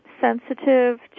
sensitive